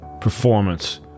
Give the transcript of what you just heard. performance